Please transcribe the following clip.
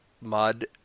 mud